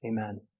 Amen